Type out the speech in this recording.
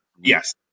Yes